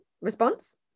response